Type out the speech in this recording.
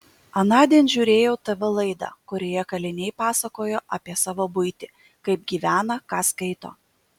anądien žiūrėjau tv laidą kurioje kaliniai pasakojo apie savo buitį kaip gyvena ką skaito